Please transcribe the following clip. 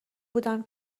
بودم